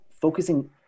focusing